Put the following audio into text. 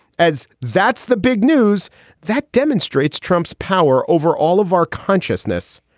as that's the big news that demonstrates trump's power over all of our consciousness.